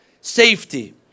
safety